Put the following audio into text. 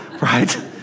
right